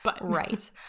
Right